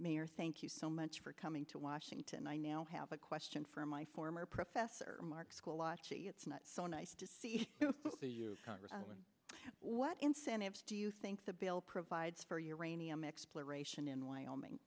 mayor thank you so much for coming to washington i now have a question for my former professor mark school laci it's not so nice to see you congressman what incentive do you think the bill provides for uranium exploration in wyoming